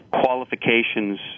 qualifications